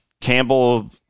Campbell